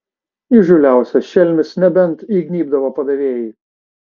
įžūliausias šelmis nebent įgnybdavo padavėjai